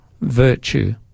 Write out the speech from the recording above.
virtue